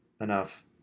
enough